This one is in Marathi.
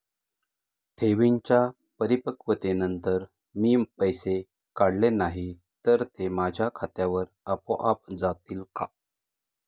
ठेवींच्या परिपक्वतेनंतर मी पैसे काढले नाही तर ते माझ्या खात्यावर आपोआप जातील का?